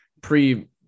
pre